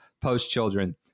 post-children